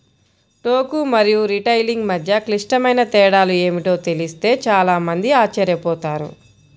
టోకు మరియు రిటైలింగ్ మధ్య క్లిష్టమైన తేడాలు ఏమిటో తెలిస్తే చాలా మంది ఆశ్చర్యపోతారు